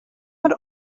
had